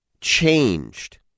changed